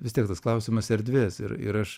vis tiek tas klausimas erdvės ir ir aš